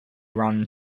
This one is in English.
run